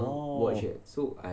orh